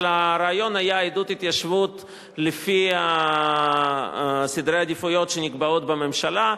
אבל הרעיון היה עידוד התיישבות לפי סדרי העדיפויות שנקבעים בממשלה.